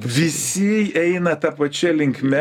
visi eina ta pačia linkme